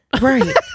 right